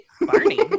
Barney